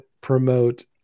promote